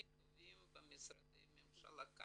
אני לא אתבייש להגיד שאתם הכי טובים במשרדי הממשלה.